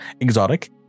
exotic